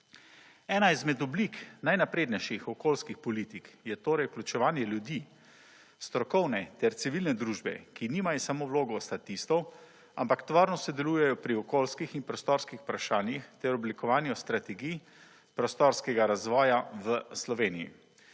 Ena izmed oblik najnaprednejših okoljskih politik je torej vključevanje ljudi, strokovne ter civilne družbe, ki nimajo samo vlogo statistov, ampak tvorno sodelujejo pri okoljskih in prostorskih vprašanjih, ter oblikovanju strategij prostorskega razvoja v Sloveniji.